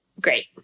great